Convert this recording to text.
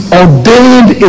ordained